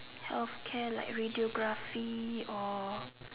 healthcare like radiography or